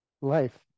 life